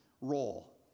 role